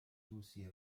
روسیه